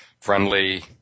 friendly